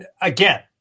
Again